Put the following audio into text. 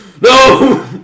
No